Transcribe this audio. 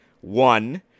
one